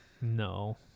no